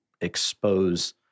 expose